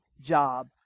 job